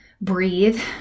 breathe